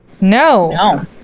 No